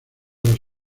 los